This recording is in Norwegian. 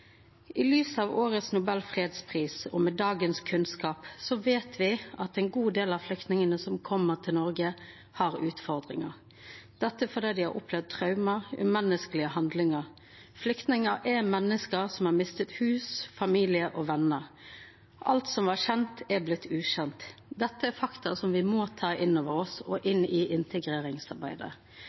I lys av årets Nobels fredspris og med dagens kunnskap vet vi at en god del av flyktningene som kommer til Norge, har utfordringer fordi de har opplevd traumer og umenneskelige handlinger. Flyktninger er mennesker som har mistet hus, familie og venner. Alt som var kjent, er blitt ukjent. Dette er fakta som vi må ta inn over oss og inn i integreringsarbeidet.